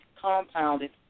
compounded